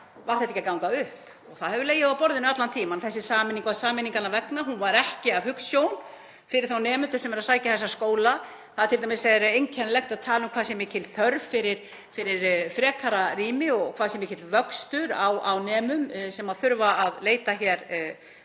einfaldlega ekki að ganga upp og það hefur legið á borðinu allan tímann. Þessi sameining var sameiningarinnar vegna. Hún var ekki af hugsjón fyrir þá nemendur sem eru að sækja þessa skóla. Það er t.d. einkennilegt að tala um hvað sé mikil þörf fyrir frekara rými og hvað sé mikil fjölgun á nemum sem þurfa að leita sér